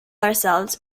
ourselves